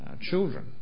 Children